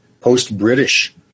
post-British